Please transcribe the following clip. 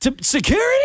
Security